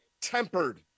tempered